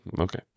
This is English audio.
Okay